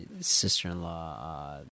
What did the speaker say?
sister-in-law